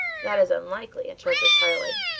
that is unlikely, interrupted tarling,